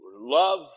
love